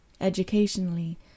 Educationally